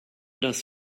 dass